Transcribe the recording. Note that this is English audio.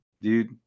Dude